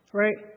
right